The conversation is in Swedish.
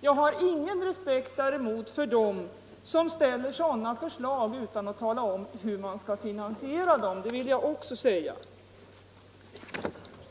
Jag har däremot ingen respekt för dem som ställer förslag utan att tala om hur de skall finansieras. Det vill jag också säga.